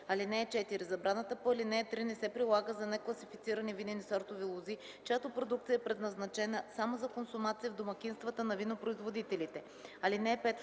закон. (4) Забраната по ал. 3 не се прилага за некласифицирани винени сортове лози, чиято продукция е предназначена само за консумация в домакинствата на винопроизводителите.